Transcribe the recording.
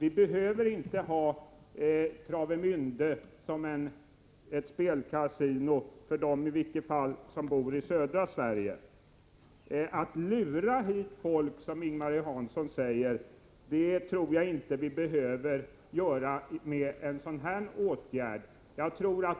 Vi behöver inte ha spelkasinot i Travemände såsom ett kasino för dem som bor i södra Sverige. Jag tror inte att vi lurar hit folk, som Ing-Marie Hansson säger, genom en sådan här åtgärd.